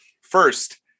First